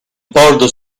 bordo